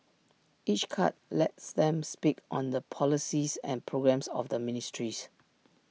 each cut lets them speak on the policies and programmes of the ministries